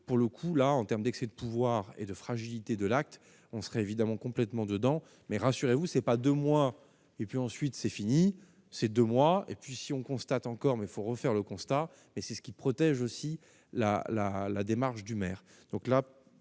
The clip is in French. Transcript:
pour le coup, là en terme d'excès de pouvoir et de fragilité de l'acte, on serait évidemment complètement dedans, mais rassurez-vous, c'est pas de moi, et puis ensuite c'est fini, c'est 2 mois et puis si on constate encore mais faut refaire le constat mais c'est ce qui protège aussi la la la démarche du maire,